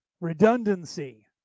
Redundancy